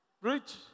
rich